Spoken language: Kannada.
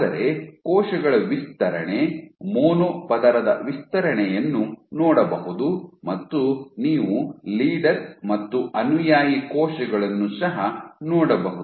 ಆದರೆ ಕೋಶಗಳ ವಿಸ್ತರಣೆ ಮೊನೊ ಪದರದ ವಿಸ್ತರಣೆಯನ್ನು ನೋಡಬಹುದು ಮತ್ತು ನೀವು ಲೀಡರ್ ಮತ್ತು ಅನುಯಾಯಿ ಕೋಶಗಳನ್ನು ಸಹ ನೋಡಬಹುದು